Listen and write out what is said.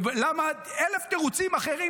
אלף תירוצים אחרים.